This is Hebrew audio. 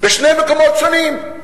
בשני מקומות שונים.